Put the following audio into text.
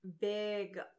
big